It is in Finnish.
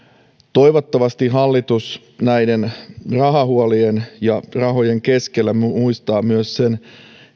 toivottavasti hallitus näiden rahahuolien ja rahojen keskellä muistaa myös sen